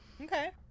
Okay